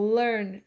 learn